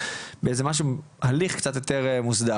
באיזה משהו שהוא הליך קצת יותר מוסדר.